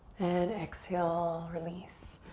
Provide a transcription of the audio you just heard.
and exhale, release.